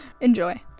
enjoy